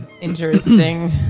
Interesting